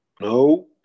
No